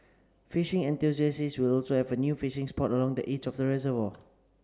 fishing enthusiasts will also have a new fishing spot along the edge of the reservoir